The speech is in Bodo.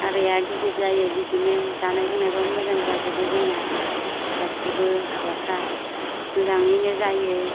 हाबाया गिदिर जायो बिदिनो जानाय लोंनाबाबो मोजां जाजोबो जोंना गासिबो हाबाफ्रा मोजाङैनो जायो